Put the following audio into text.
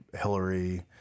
Hillary